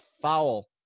foul